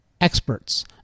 experts